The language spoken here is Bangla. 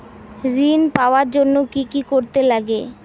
ঋণ পাওয়ার জন্য কি কি করতে লাগে?